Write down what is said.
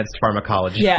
pharmacology